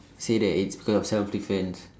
say that it's because of self defense